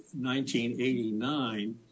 1989